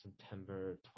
September